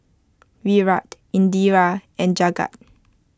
Virat Indira and Jagat